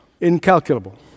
incalculable